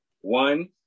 One